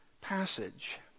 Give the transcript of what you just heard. passage